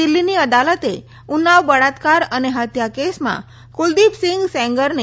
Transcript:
દિલ્હીની અદાલતે ઉન્નાવ બળાત્કાર અને હત્યાકેસમાં કુપદીપસિંઘ સેનગરને